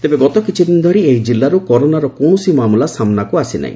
ତେବେ ଗତ କିଛିଦିନ ଧରି ଏହି ଜିଲ୍ଲାରୁ କରୋନାର କୌଣସି ମାମଲା ସାମ୍ନାକୁ ଆସିନାହି